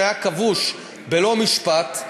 שהיה כבוש בלא משפט,